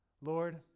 Lord